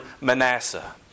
Manasseh